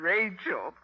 Rachel